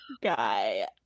guy